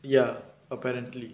ya apparently